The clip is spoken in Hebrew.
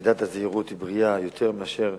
מידת הזהירות היא בריאה יותר מאשר